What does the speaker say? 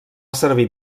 servir